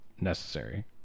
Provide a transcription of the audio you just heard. necessary